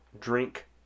drink